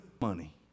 money